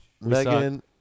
Megan